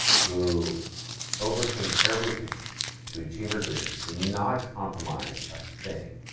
who overcame everything to achieve her dreams, did not compromise a thing.